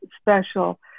special